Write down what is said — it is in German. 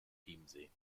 chiemsee